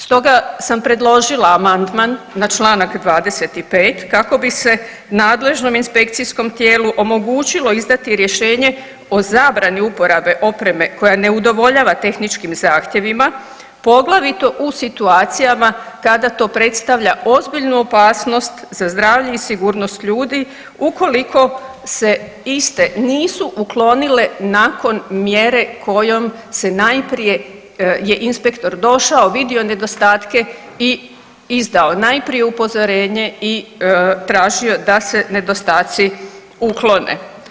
Stoga sam predložila amandman na članak 25. kako bi se nadležnom inspekcijskom tijelu omogućilo izdati rješenje o zabrani uporabe opreme koja ne udovoljava tehničkim zahtjevima poglavito u situacijama kada to predstavlja ozbiljnu opasnost za zdravlje i sigurnost ljudi ukoliko se iste nisu uklonile nakon mjere kojom se najprije je inspektor došao, vidio nedostatke i izdao najprije upozorenje i tražio da se nedostaci uklone.